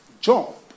Job